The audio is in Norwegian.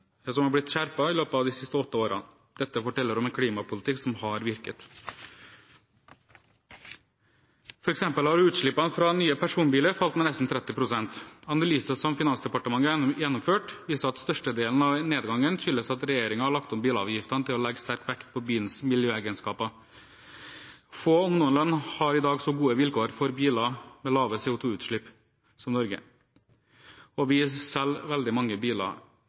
som har blitt skjerpet i løpet av de siste åtte årene. Dette forteller om en klimapolitikk som har virket. For eksempel har utslippene fra nye personbiler falt med nesten 30 pst. Analyser som Finansdepartementet har gjennomført, viser at størstedelen av nedgangen skyldes at regjeringen har lagt om bilavgiftene til å legge sterk vekt på bilens miljøegenskaper. Få – om noen – land har i dag så gode vilkår for biler med lave CO2-utslipp som Norge. Vi selger veldig mange